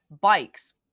bikes